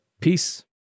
Peace